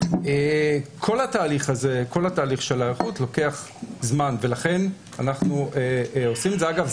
כל התהליך הזה של ההיערכות לוקח זמן ולכן אנחנו עושים את זה אגב,